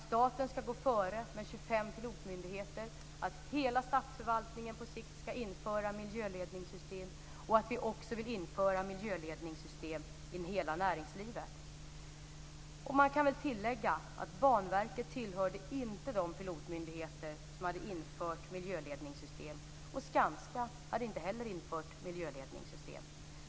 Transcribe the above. Staten skall gå före med 25 pilotmyndigheter, hela statsförvaltningen skall på sikt införa miljöledningssystem, och vi vill också införa miljöledningssystem i hela näringslivet. Man kan väl tillägga att Banverket inte tillhörde de pilotmyndigheter som hade infört miljöledningssystem, och Skanska hade inte heller infört miljöledningssystem.